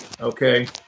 okay